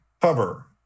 cover